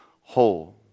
whole